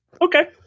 Okay